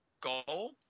goal